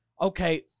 okay